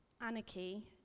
anarchy